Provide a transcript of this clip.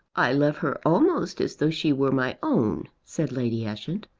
i love her almost as though she were my own, said lady ushant.